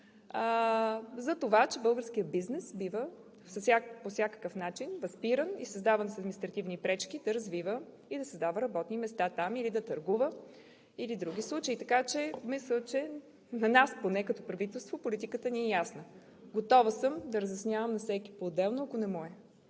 затова, че българският бизнес бива по някакъв начин възпиран и създавани административни пречки да развива и да създава работни места там, да търгува или други случаи. Мисля, че за нас поне като правителство политиката ни е ясна, готова съм да разяснявам на всеки поотделно, ако не му е.